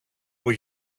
που